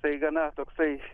tai gana toksai